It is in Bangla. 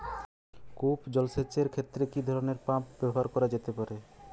কূপ জলসেচ এর ক্ষেত্রে কি ধরনের পাম্প ব্যবহার করা যেতে পারে?